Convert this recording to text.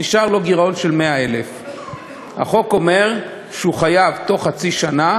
נשאר לו גירעון של 100,000. החוק אומר שהוא חייב בתוך חצי שנה